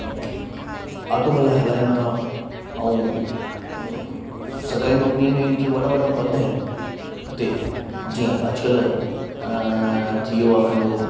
auto हला हलाइनि था ऐं सरकारी नौकिरी में जीअं वॾा वॾा पद आहिनि हिते जीअं अॼुकल्ह थी वियो आहे असांजो